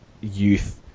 youth